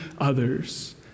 others